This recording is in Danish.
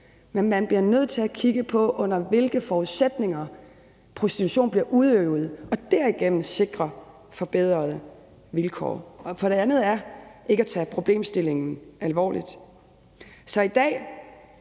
Men man bliver nødt til at kigge på, under hvilke forudsætninger prostitution bliver udøvet, og derigennem sikre forbedrede vilkår. For den anden tilgang er ikke at tage problemstillingen alvorligt. I dag